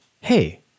hey